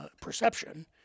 perception